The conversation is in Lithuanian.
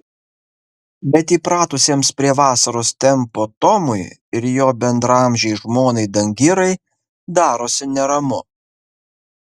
bet įpratusiems prie vasaros tempo tomui ir jo bendraamžei žmonai dangirai darosi neramu